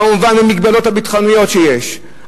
כמובן עם המגבלות הביטחוניות שיש,